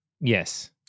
Yes